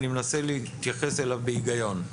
אני מנסה להתייחס אליו בהיגיון,